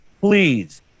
Please